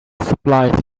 supplies